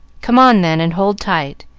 come on, then, and hold tight.